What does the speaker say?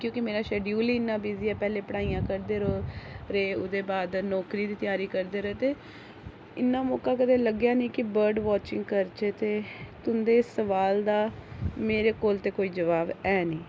क्योंकि मेरा शेड्यूल ही इन्ना बिजी हा पैहलें पढाइयां करदे र'वो फिर ओह्दे बाद नोकरी दी त्यारी करदे रेह् इन्ना मौका कदें लग्गेआ गै नेईं के बर्ड वाचिंग करचै ते तुं'दे सुआल दा मेरे कोल ते कोई जवाब ते है नेईं